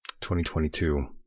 2022